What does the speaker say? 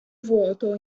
vuoto